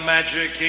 Magic